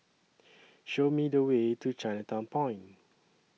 Show Me The Way to Chinatown Point